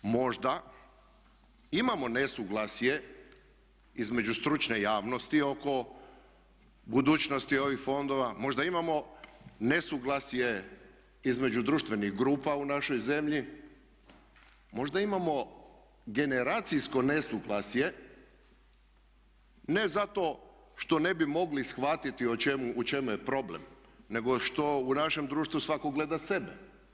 Možda imamo nesuglasje između stručne javnosti oko budućnosti ovih fondova, možda imamo nesuglasje između društvenih grupa u našoj zemlji, možda imamo generacijsko nesuglasje ne zato što ne bi mogli shvatiti u čemu je problem, nego što u našem društvu svatko gleda sebe.